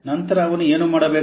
ನಂತರ ಅವನು ಏನು ಮಾಡಬೇಕು